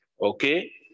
okay